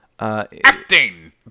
Acting